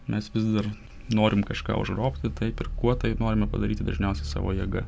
mes vis dar norim kažką užgrobti taip ir kuo tai norime padaryti dažniausiai savo jėga